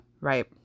right